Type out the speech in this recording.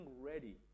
ready